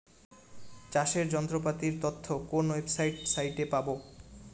চাষের যন্ত্রপাতির তথ্য কোন ওয়েবসাইট সাইটে পাব?